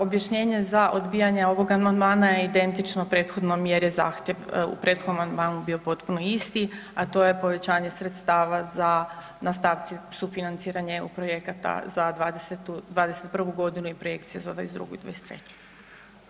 Objašnjenje za odbijanje ovog amandmana je identično prethodnom jer je zahtjev u prethodnom amandmanu bio potpuno isti, a to je povećanje sredstava za na stavci sufinanciranje EU projekata za 21. godinu i projekcije za 22. i 23.